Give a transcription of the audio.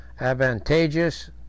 advantageous